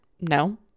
No